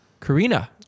Karina